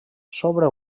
sobre